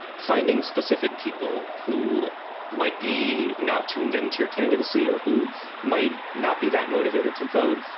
finding specific people who might be not tuned into your candidacy or who might not be that motivated to vote.